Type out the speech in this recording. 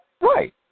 Right